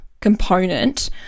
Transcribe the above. component